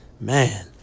Man